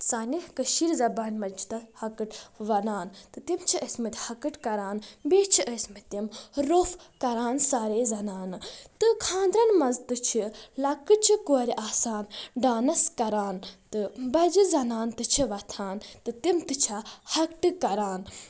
سانہِ کٔشیٖر زَبانہِ منٛز چھِ تَتھ ۂکٔٹ وَنان تہٕ تِم چھِ ٲسۍ مٕتۍ ۂکٔٹ کران بیٚیہِ چھِ ٲسۍمتۍ تِم روف کران سارے زَنانہٕ تہٕ خانٛدرَن منٛز تہِ چھِ لۄکٔچہِ کورِ آسان ڈانَس کران تہٕ بَجہِ زَنانہٕ تہِ چھِ وتھان تہٕ تِم تہِ چھےٚ ۂکٔٹہٕ کران